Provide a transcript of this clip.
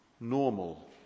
normal